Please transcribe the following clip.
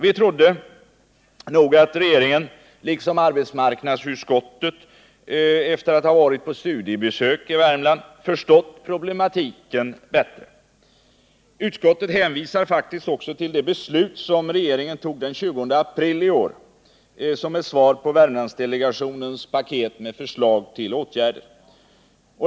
Vi trodde nog att regeringen liksom arbetsmarknadsutskottet — efter att ha varit på studiebesök i Värmland — förstått problematiken bättre. Utskottet hänvisar faktiskt också till det beslut regeringen tog den 20 april i år som ett svar på Värmlandsdelegationens paket med förslag till åtgärder.